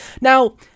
Now